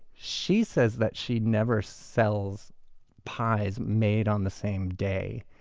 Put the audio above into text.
she says that she never sells pies made on the same day,